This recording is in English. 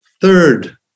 third